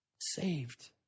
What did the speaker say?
saved